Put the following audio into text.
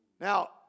Now